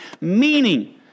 Meaning